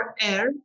air